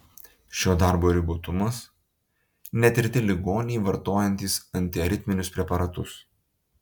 šio darbo ribotumas netirti ligoniai vartojantys antiaritminius preparatus